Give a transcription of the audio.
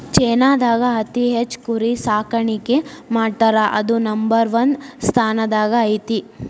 ಚೇನಾದಾಗ ಅತಿ ಹೆಚ್ಚ್ ಕುರಿ ಸಾಕಾಣಿಕೆ ಮಾಡ್ತಾರಾ ಅದು ನಂಬರ್ ಒನ್ ಸ್ಥಾನದಾಗ ಐತಿ